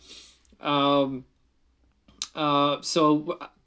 um uh so